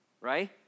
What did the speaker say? right